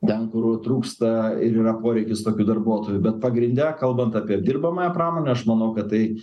ten kur trūksta ir yra poreikis tokių darbuotojų bet pagrinde kalbant apie dirbamąją pramonę aš manau kad tai